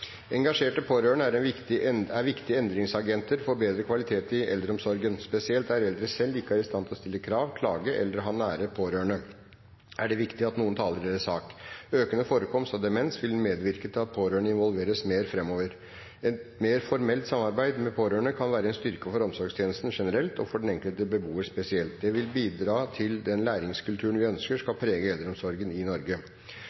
Engasjerte pårørende er viktige endringsagenter for bedre kvalitet i eldreomsorgen, spesielt der eldre selv ikke er i stand til å stille krav, klage eller har nære pårørende. Spesielt der er det viktig at noen taler deres sak. Økende forekomst av demens vil medvirke til at pårørende involveres mer framover. Jeg mener et bruker- og pårørendeutvalg vil kunne møte ledelsen ved avdelingen eller sykehjemmet på en formalisert måte, og at det kan bidra